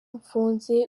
mfunze